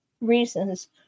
reasons